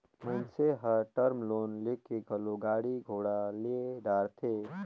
मइनसे हर term loan लेके घलो गाड़ी घोड़ा ले डारथे